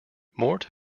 mort